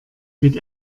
mit